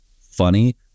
funny